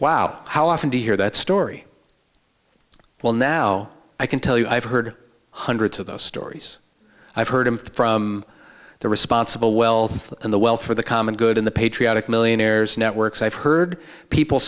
wow how often do you hear that story well now i can tell you i've heard hundreds of those stories i've heard from the responsible wealth and the wealth for the common good in the patriotic millionaires networks i've heard people